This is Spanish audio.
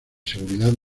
seguridad